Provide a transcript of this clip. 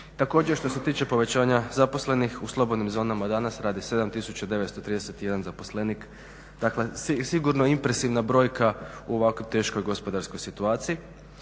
Također što se tiče povećanja zaposlenih u slobodnim zonama danas radi 7 931 zaposlenik, dakle sigurno impresivna brojka u ovako teškoj gospodarskoj situaciji.